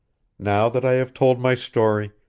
now that i have told my story,